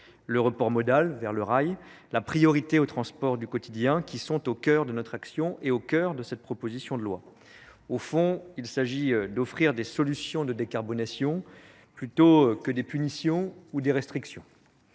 le report modal V. le rail, la priorité au transport du quotidiens qui sont au cœur de notre action et au cœur de cette proposition de loi au fond, il s'agit d'offrir des solutions de décarbonation plutôt que des punitions ou des restrictions.